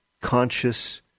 conscious